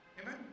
Amen